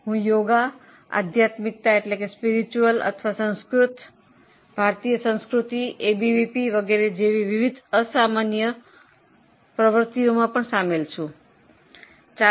હું યોગ આધ્યાત્મિકતા સંસ્કૃત ભારતીય સંસ્કૃતિ એબીવીપી જેવી વિવિધ પ્રવૃત્તિઓમાં પણ સહભાગી છું